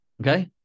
okay